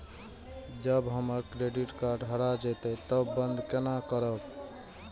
जब हमर credit card हरा जयते तब बंद केना करब?